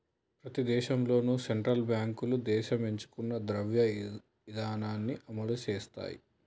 ప్రతి దేశంలోనూ సెంట్రల్ బ్యాంకులు దేశం ఎంచుకున్న ద్రవ్య ఇధానాన్ని అమలు చేత్తయ్